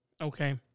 Okay